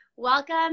Welcome